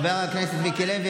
חבר הכנסת מיקי לוי,